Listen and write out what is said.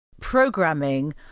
programming